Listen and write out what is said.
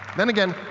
then again,